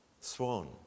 swan